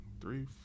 three